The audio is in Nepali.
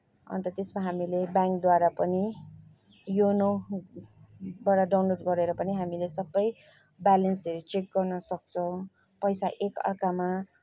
अन्त त्यसमा हामीले ब्याङ्कद्वारा पनि योनोबाट डाउनलोड गरेर पनि हामीले सबै ब्यालेन्सहरू चेक गर्न सक्छौँ पैसा एक अर्कामा